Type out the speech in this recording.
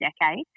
decade